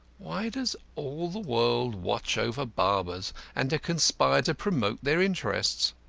why does all the world watch over barbers and conspire to promote their interests?